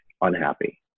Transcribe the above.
unhappy